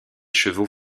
chevaux